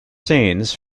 scenes